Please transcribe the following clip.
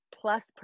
plus